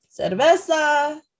cerveza